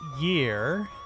year